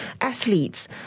athletes